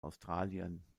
australien